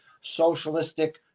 socialistic